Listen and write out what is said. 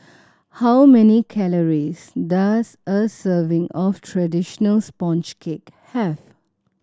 how many calories does a serving of traditional sponge cake have